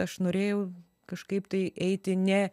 aš norėjau kažkaip tai eiti ne